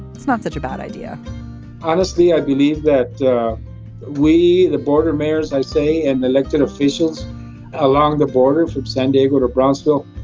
it's not such a bad idea honestly, i believe that yeah we the border mayors, i say and the elected officials along the border from san diego to brownsville,